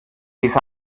dieser